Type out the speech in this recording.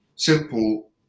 Simple